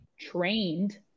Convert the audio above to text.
trained